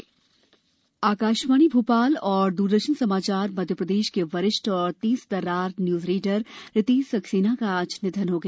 anchor Ritesh निधन आकाशवाणी भोपाल और दूरदर्शन समाचार मध्यप्रदेश के वरिष्ठ और तेजुतर्रार न्यूज़ रीडर रितेश सक्सेना का आज निधन हो गया